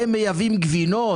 הם מייבאים גבינות.